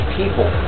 people